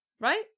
right